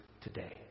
today